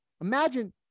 Imagine